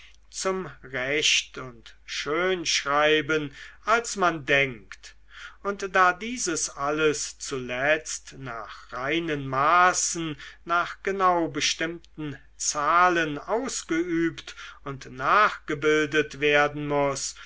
zum recht und schönschreiben als man denkt und da dieses alles zuletzt nach reinen maßen nach genau bestimmten zahlen ausgeübt und nachgebildet werden muß